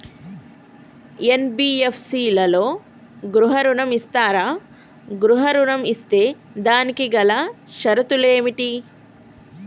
NBFC లలో గృహ ఋణం ఇస్తరా? గృహ ఋణం ఇస్తే దానికి గల షరతులు ఏమిటి?